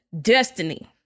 destiny